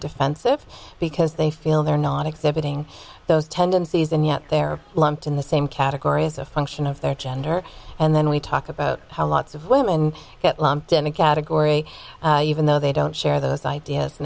defensive because they feel they're not exhibiting those tendencies and yet they're lumped in the same category as a function of their gender and then we talk about how lots of women get lumped in a category even though they don't share those ideas